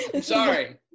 sorry